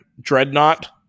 Dreadnought